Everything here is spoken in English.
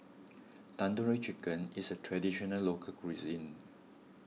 Tandoori Chicken is a Traditional Local Cuisine